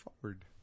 forward